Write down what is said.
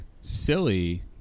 silly